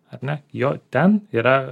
ar ne jo ten yra